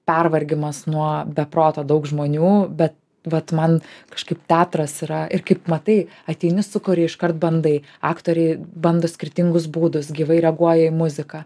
pervargimas nuo be proto daug žmonių bet vat man kažkaip teatras yra ir kaip matai ateini sukuri iškart bandai aktoriai bando skirtingus būdus gyvai reaguoja į muziką